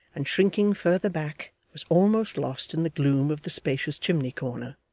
and shrinking further back was almost lost in the gloom of the spacious chimney-corner,